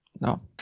No